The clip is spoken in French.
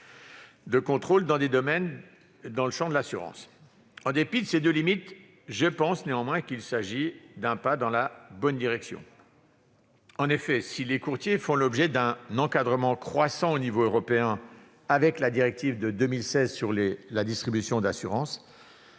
de contrôle dans ces domaines dans le champ de l'assurance. En dépit de ces deux limites, je pense qu'il s'agit d'un pas dans la bonne direction. En effet, si les courtiers font l'objet d'un encadrement croissant à l'échelon européen avec la directive de 2016 sur la distribution d'assurances,